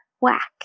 whack